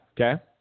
Okay